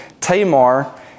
Tamar